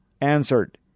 answered